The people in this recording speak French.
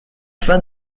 fin